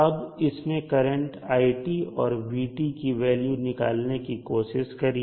अब इसमें current i और v की वैल्यू निकालने की कोशिश करिए